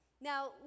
Now